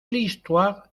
l’histoire